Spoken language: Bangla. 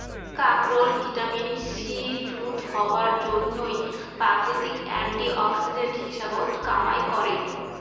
কাকরোল ভিটামিন সি যুত হবার জইন্যে প্রাকৃতিক অ্যান্টি অক্সিডেন্ট হিসাবত কামাই করে